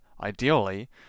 ideally